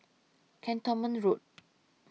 Cantonment Road